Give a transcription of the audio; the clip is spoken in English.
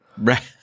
Right